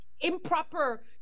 improper